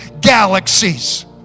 galaxies